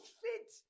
fit